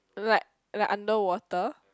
like like underwater